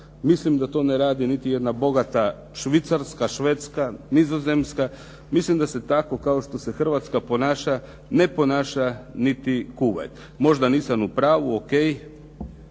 Mislim da to ne radi niti jedna bogata Švicarska, Švedska, Nizozemska. Mislim da se tako kao što se Hrvatska ponaša, ne ponaša niti Kuvajt. Možda nisam u pravu. O.k.